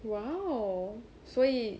!wow! 所以